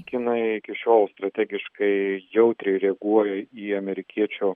kinai iki šiol strategiškai jautriai reaguoja į amerikiečių